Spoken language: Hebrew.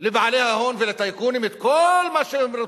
לבעלי ההון ולטייקונים את כל מה שהם רוצים,